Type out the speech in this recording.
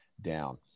down